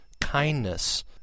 kindness